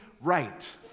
right